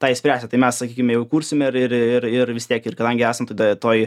tą išspręsti tai mes sakykime jeigu kursim ir ir ir vis tiek ir kadangi esam tada toj